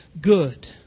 good